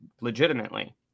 legitimately